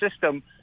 system